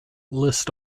list